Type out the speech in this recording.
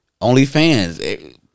OnlyFans